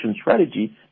strategy